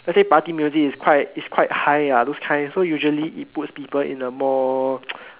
let's say party music is quite is quite high ah those kind so usually it puts people in the more